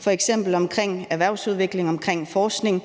f.eks. omkring erhvervsudvikling, forskning